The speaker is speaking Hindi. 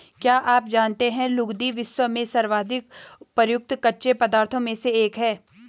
क्या आप जानते है लुगदी, विश्व में सर्वाधिक प्रयुक्त कच्चे पदार्थों में से एक है?